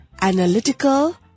analytical